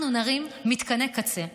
אנחנו נרים מתקני קצה.